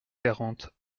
quarante